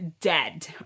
dead